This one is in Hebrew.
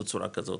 בצורה כזו,